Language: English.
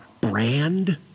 brand